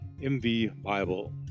mvbible